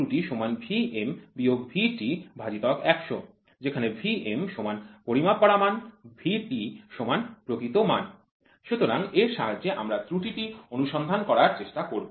ত্রুটি Vm Vt১০০ যেখানে V m পরিমাপ করা মান Vt প্রকৃত মান সুতরাং এর সাহায্যে আমরা ত্রুটিটি অনুসন্ধান করার চেষ্টা করব